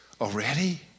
Already